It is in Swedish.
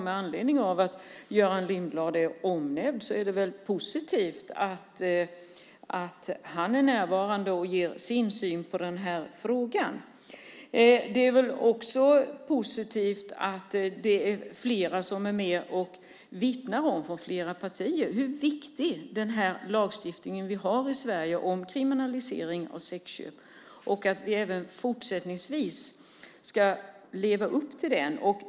Med anledning av att Göran Lindblad är omnämnd är det positivt att han är närvarande och ger sin syn på den här frågan. Det är också positivt att det är flera som är med och vittnar om, från flera partier, hur viktig den lagstiftning vi har i Sverige om kriminalisering av sexköp är och att vi även fortsättningsvis ska leva upp till den.